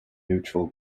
neutral